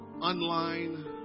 online